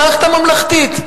המערכת הממלכתית.